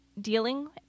dealing